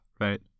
Right